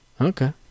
Okay